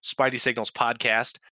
spideysignalspodcast